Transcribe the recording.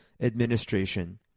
administration